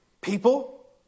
people